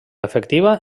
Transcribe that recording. efectiva